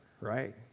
right